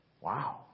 wow